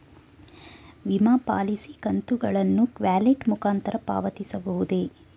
ವಿಮಾ ಪಾಲಿಸಿ ಕಂತುಗಳನ್ನು ವ್ಯಾಲೆಟ್ ಮುಖಾಂತರ ಪಾವತಿಸಬಹುದೇ?